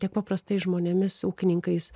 tiek paprastai žmonėmis ūkininkais